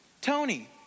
Tony